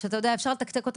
שאתה יודע שאפשר לתקתק אותם,